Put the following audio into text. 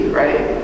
right